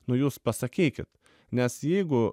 nu jūs pasakykit nes jeigu